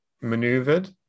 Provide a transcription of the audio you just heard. maneuvered